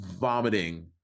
vomiting